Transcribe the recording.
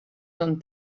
ton